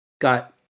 got